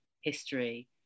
history